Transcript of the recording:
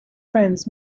friends